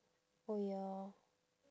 oh ya